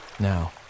now